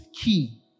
key